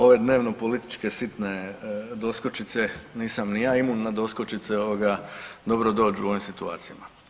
Ove dnevnopolitičke sitne doskočice, nisam ni ja imun na doskočice ovoga dobro dođu u ovim situacijama.